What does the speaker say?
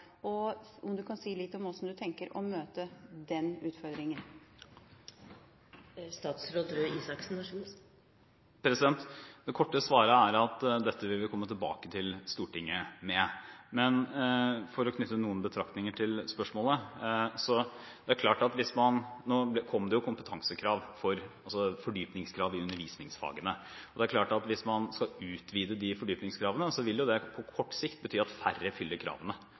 noe om hvordan han tenker å møte den utfordringa? Det korte svaret er at dette vil vi komme tilbake til Stortinget med. Men jeg kan knytte noen betraktninger til spørsmålet. Nå kom det kompetansekrav – altså fordypningskrav i undervisningsfagene. Hvis man skal utvide de fordypningskravene, er det klart at det på kort sikt vil bety at færre fyller kravene